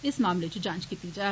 इस मामले च जांच कीती जाग